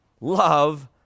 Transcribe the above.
love